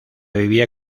vivía